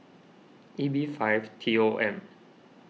E B five T O M